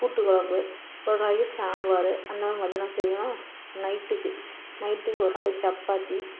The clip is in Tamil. கூட்டு குழம்பு ஒரு நாளைக்கு சாம்பார் அந்த மாதிரி மதியானம் செய்வனா நைட்டுக்கு நைட்டுக்கு ஒரு நாளைக்கு சப்பாத்தி